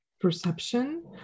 perception